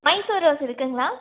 Mysore rose இருக்குங்களா